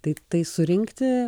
daiktai surinkti